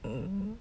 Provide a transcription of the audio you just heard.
hmm